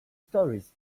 stories